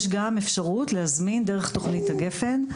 יש אפשרות להזמין דרך תכנית הגפ"ן.